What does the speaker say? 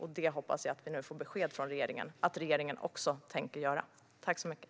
Jag hoppas att vi nu får besked om att regeringen tänker göra det.